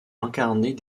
incarner